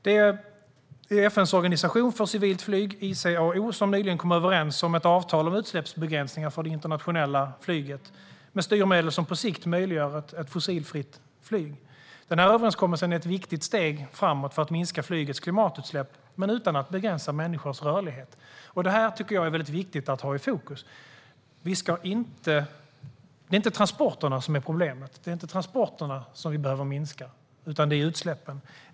FN:s organisation för civilt flyg, ICAO, kom nyligen överens om ett avtal om utsläppsbegränsningar för det internationella flyget med hjälp av styrmedel som på sikt möjliggör ett fossilfritt flyg. Den överenskommelsen är ett viktigt steg för att minska flygets klimatutsläpp men utan att begränsa människors rörlighet. Det är viktigt att ha i fokus. Det är inte transporterna som är problemet. Det är inte transporterna som behöver minska utan det är utsläppen.